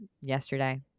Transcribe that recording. yesterday